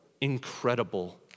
incredible